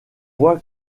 voit